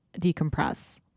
decompress